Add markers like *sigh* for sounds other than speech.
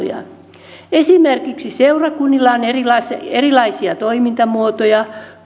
*unintelligible* taitoja esimerkiksi seurakunnilla on erilaisia erilaisia toimintamuotoja